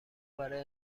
برای